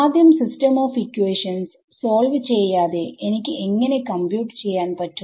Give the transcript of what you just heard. ആദ്യം system of equations solve ചെയ്യാതെ എനിക്ക് എങ്ങനെ കമ്പ്യൂട്ട്ചെയ്യാൻ പറ്റും